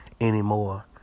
anymore